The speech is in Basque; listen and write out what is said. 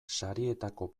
sarietako